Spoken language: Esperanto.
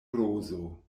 rozo